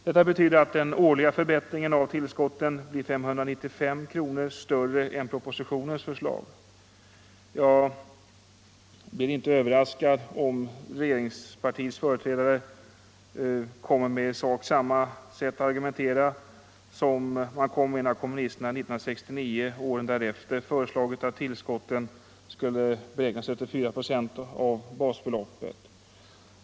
Detta betyder att den årliga förbättringen av tillskotten blir 595 kronor större än propositionens förslag. Jag blir inte överraskad om regeringspartiets företrädare genast kommer med i sak samma argument som man kom med när kommunisterna 1969 och även därefter föreslog att tillskotten skulle beräknas efter 4 procent av basbeloppet.